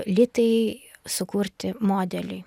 litai sukurti modelį